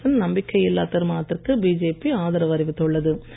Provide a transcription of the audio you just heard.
காங்கிரசின் நம்பிக்கையில்லா தீர்மானத்திற்கு பிஜேபி ஆதரவு அறிவித்துள்ளது